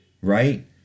Right